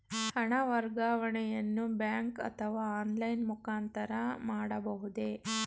ಹಣ ವರ್ಗಾವಣೆಯನ್ನು ಬ್ಯಾಂಕ್ ಅಥವಾ ಆನ್ಲೈನ್ ಮುಖಾಂತರ ಮಾಡಬಹುದೇ?